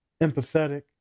empathetic